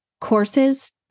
courses